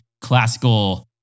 classical